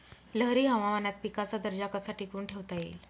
लहरी हवामानात पिकाचा दर्जा कसा टिकवून ठेवता येईल?